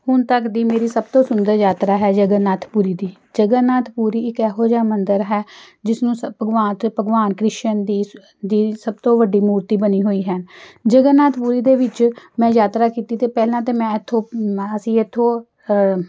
ਹੁਣ ਤੱਕ ਦੀ ਮੇਰੀ ਸਭ ਤੋਂ ਸੁੰਦਰ ਯਾਤਰਾ ਹੈ ਜਗਨਨਾਥ ਪੁਰੀ ਦੀ ਜਗਨਨਾਥ ਪੁਰੀ ਇੱਕ ਇਹੋ ਜਿਹਾ ਮੰਦਰ ਹੈ ਜਿਸਨੂੰ ਭਗਵਾਨ ਉੱਥੇ ਭਗਵਾਨ ਕ੍ਰਿਸ਼ਨ ਦੀ ਦੀ ਸਭ ਤੋਂ ਵੱਡੀ ਮੂਰਤੀ ਬਣੀ ਹੋਈ ਹੈ ਜਗਨਨਾਥ ਪੁਰੀ ਦੇ ਵਿੱਚ ਮੈਂ ਯਾਤਰਾ ਕੀਤੀ ਅਤੇ ਪਹਿਲਾਂ ਤਾਂ ਮੈਂ ਇੱਥੋਂ ਮੈਂ ਅਸੀਂ ਇੱਥੋਂ